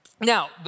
Now